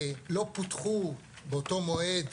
לא פותחו באותו מועד